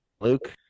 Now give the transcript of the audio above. Luke